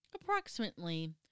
approximately